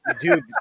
Dude